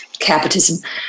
Capitalism